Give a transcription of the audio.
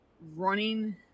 running